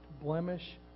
blemish